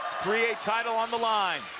three a title on the line.